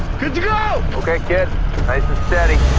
good to go! okay, kidd. nice and steady.